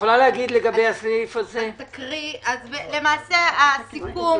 הסיכום